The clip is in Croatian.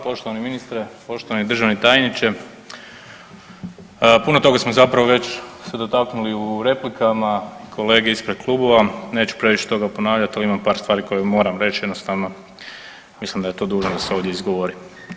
Poštovani ministre, poštovani državni tajniče, puno toga smo zapravo već se dotaknuli u replikama, kolege ispred klubova, neću previše toga ponavljati, ali imam par stvari koje moram reći jednostavno mislim da je to dužnost ovdje izgovoriti.